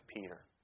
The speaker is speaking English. Peter